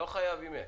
אין.